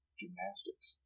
gymnastics